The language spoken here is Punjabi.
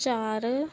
ਚਾਰ